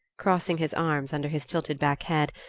crossing his arms under his tilted-back head,